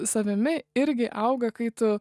savimi irgi auga kai tu